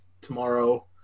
tomorrow